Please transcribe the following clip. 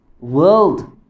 world